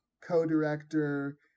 co-director